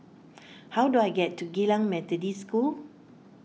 how do I get to Geylang Methodist School